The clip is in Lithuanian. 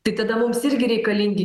tai tada mums irgi reikalingi